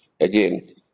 again